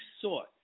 sought